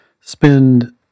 spend